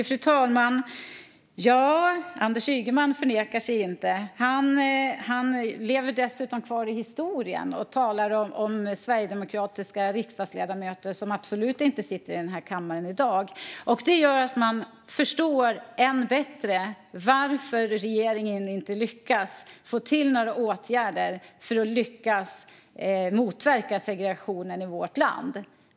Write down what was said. Fru talman! Anders Ygeman förnekar sig inte. Han lever dessutom kvar i historien och talar om tidigare sverigedemokratiska riksdagsledamöter som absolut inte sitter i den här kammaren i dag. Det gör att man förstår än bättre varför regeringen inte får till några åtgärder för att lyckas motverka segregationen i vårt land.